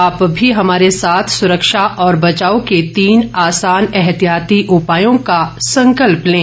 आप भी हमारे साथ सुरक्षा और बचाव के तीन आसान एहतियाती उपायों का संकल्प लें